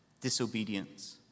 Disobedience